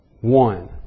one